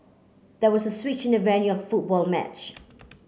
there was a switch in the venue football match